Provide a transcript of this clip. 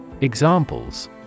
Examples